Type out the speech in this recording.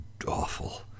awful